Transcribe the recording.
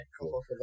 Cool